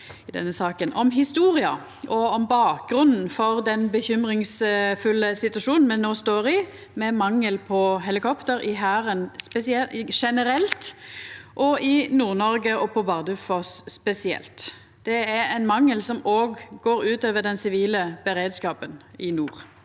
om historia og om bakgrunnen for den bekymringsfulle situasjonen me no står i, med mangel på helikopter i Hæren generelt og i Nord-Noreg og på Bardufoss spesielt. Det er ein mangel som òg går ut over den sivile beredskapen i nord.